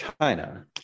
China